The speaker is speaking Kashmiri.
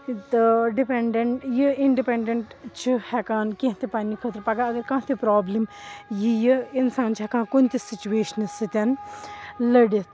تہٕ ڈِپٮ۪نٛڈٮ۪نٛٹ یہِ اِنٛڈِپٮ۪نٛڈٮ۪نٛٹ چھُ ہٮ۪کان کیٚنٛہہ تہِ پَنٛنہِ خٲطرٕ پَگاہ اَگر کانہہ تہِ پرٛابلِم یی یہٕ اِنسان چھِ ہٮ۪کان کُنہِ تہِ سُچویشن سۭتۍ لٔڑِتھ